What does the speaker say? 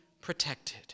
protected